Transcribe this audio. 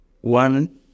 one